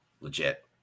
legit